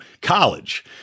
college